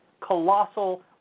colossal